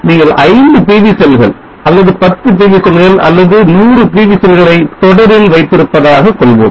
நீங்கள் 5 PV செல்கள் அல்லது 10 PV செல்கள் அல்லது அல்லது 100 PV செல்களை தொடரில் வைத்திருப்பதாக கொள்வோம்